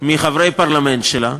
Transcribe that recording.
מחברי הפרלמנט שלה,